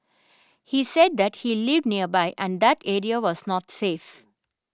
he said that he lived nearby and that area was not safe